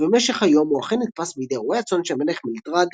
ובמשך היום הוא אכן נתפס בידי רועי-הצאן של המלך מלדרד,